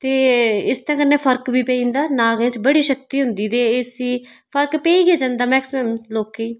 ते इसदे कन्नै फरक बी पेई जंदा नागें च बड़ी शक्ति होंदी ते एह् इस गी फरक पेई गै जंदा मैक्सिमम लोकें ई